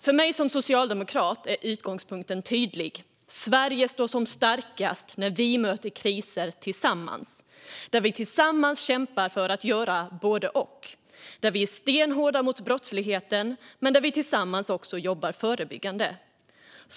För mig som socialdemokrat är utgångspunkten tydlig: Sverige står som starkast när vi möter kriser tillsammans, när vi tillsammans kämpar för att göra både och, när vi är stenhårda mot brottsligheten men tillsammans också jobbar förebyggande.